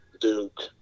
Duke